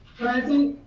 present.